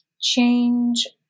change